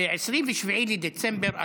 ב-27 בדצמבר 2006,